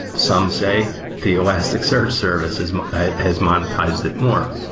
some say the elasticsearch services has monetized it more.